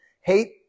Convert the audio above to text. Hate